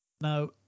Now